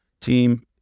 team